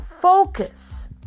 focus